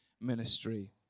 ministry